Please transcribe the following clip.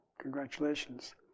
congratulations